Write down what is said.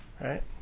right